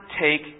take